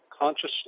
consciously